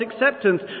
acceptance